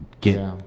get